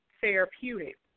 Therapeutic